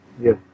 yes